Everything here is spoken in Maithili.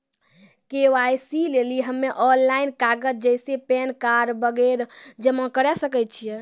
के.वाई.सी लेली हम्मय ऑनलाइन कागज जैसे पैन कार्ड वगैरह जमा करें सके छियै?